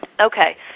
Okay